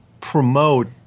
promote